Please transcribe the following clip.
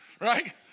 right